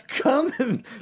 Come